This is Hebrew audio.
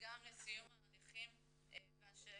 וגם לסיום ההליכים והשאלון.